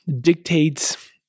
dictates